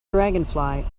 dragonfly